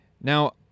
Now